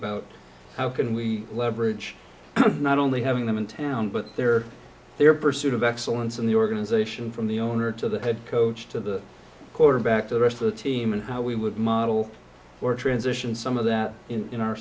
about how can we leverage not only having them in town but there their pursuit of excellence in the organization from the owner to the head coach to the quarterback to the rest of the team and how we would model or transition some of that in